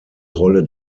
rolle